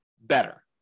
better